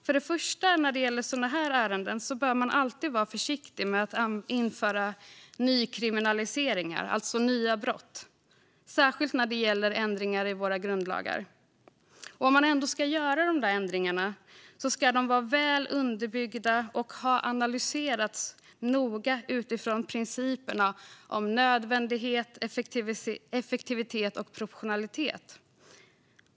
För det första bör man när det gäller sådana här ärenden alltid vara försiktig med att införa nykriminaliseringar, alltså nya brott, särskilt när det gäller ändringar i våra grundlagar. Om man ändå ska göra ändringar ska de vara väl underbyggda och ha analyserats noga utifrån principerna om nödvändighet, effektivitet och proportionalitet.